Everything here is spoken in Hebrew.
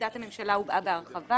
ועמדת הממשלה הובאה בהרחבה.